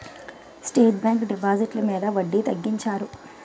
state bank డిపాజిట్లు మీద వడ్డీ తగ్గించారు